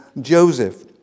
Joseph